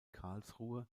karlsruhe